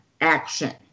action